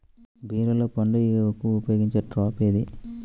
బీరలో పండు ఈగకు ఉపయోగించే ట్రాప్ ఏది?